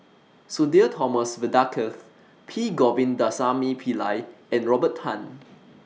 Sudhir Thomas Vadaketh P Govindasamy Pillai and Robert Tan